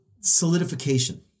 solidification